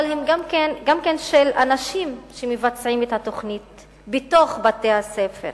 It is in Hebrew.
אבל גם כן של אנשים שמבצעים את התוכנית בתוך בתי-הספר